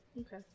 Okay